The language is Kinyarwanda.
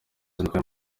nakoreye